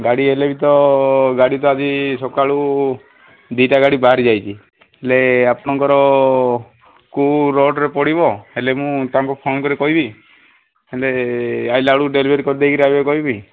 ଗାଡ଼ି ହେଲେ ବି ତ ଗାଡ଼ି ତ ଆଜି ସକାଳୁ ଦୁଇଟା ଗାଡ଼ି ବାହାରି ଯାଇଛି ହେଲେ ଆପଣଙ୍କର କେଉଁ ରୋଡ଼ରେ ପଡ଼ିବ ହେଲେ ମୁଁ ତାଙ୍କୁ ଫୋନ୍ କରି କହିବି ହେଲେ ଆସିଲା ବେଳକୁ ଡେଲିଭରି କରିଦେଇକି ଆସିବେ କହିବି